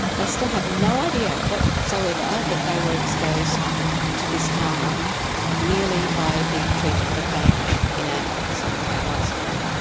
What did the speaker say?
they still have no idea whatsoever that they were exposed to this harm merely by being treated for pain in an ambulance on the way to hospital.